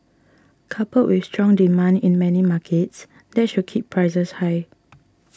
coupled with strong demand in many markets that should keep prices high